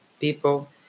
people